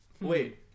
Wait